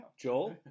Joel